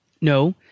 No